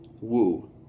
woo